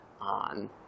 on